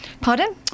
Pardon